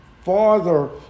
father